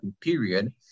period